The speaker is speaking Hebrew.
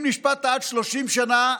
אם נשפטת עד 30 שנה,